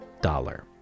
dollar